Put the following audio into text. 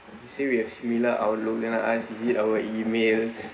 you say we have similar outlook then I asked is it our emails